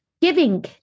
giving